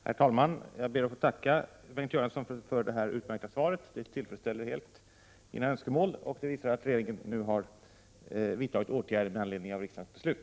Herr talman! Jag ber att få tacka statsrådet Göransson för det utmärkta svaret. Det tillgodoser helt mina önskemål och visar att regeringen nu har vidtagit åtgärder med anledning av riksdagens beslut.